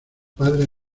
padre